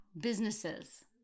businesses